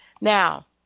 Now